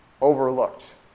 overlooked